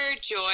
joy